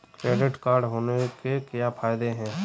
Credit card होने के क्या फायदे हैं?